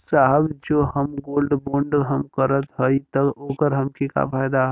साहब जो हम गोल्ड बोंड हम करत हई त ओकर हमके का फायदा ह?